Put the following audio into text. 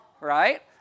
Right